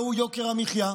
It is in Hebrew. והוא יוקר המחיה.